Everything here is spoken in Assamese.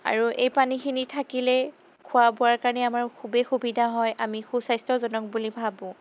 আৰু এই পানীখিনি থাকিলে খোৱা বোৱাৰ কাৰণে আমাৰ খুবেই সুবিধা হয় আমি সুস্বাস্থ্যজনক বুলি ভাবোঁ